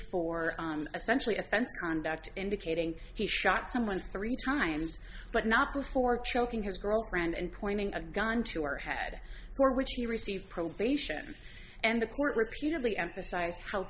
for essentially offense conduct indicating he shot someone three times but not before choking his girlfriend and pointing a gun to her head for which he received probation and the court repeatedly emphasized how